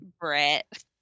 Brett